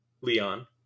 Leon